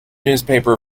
newspaper